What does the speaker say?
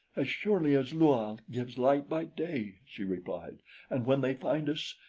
as surely as lua gives light by day, she replied and when they find us,